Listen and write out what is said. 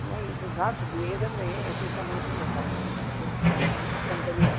नहीं ब भाव से दीजिये एकदम नहीं ऐसे इतना महंग थोड़ी न ले पाएँगे भाई त कम करिए